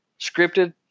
scripted